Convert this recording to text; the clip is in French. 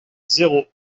zéro